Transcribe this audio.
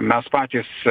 mes patys